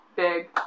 Big